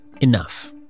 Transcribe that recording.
Enough